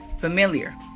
familiar